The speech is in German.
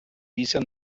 bisher